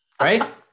right